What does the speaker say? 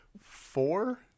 four